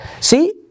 See